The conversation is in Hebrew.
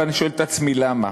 ואני שואל את עצמי למה.